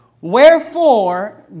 Wherefore